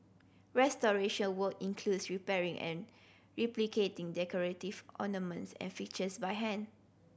restoration work includes repairing and replicating decorative ornaments and fixtures by hand